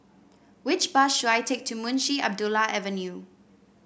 which bus should I take to Munshi Abdullah Avenue